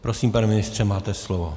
Prosím, pane ministře, máte slovo.